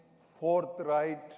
forthright